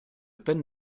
peine